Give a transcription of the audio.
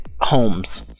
homes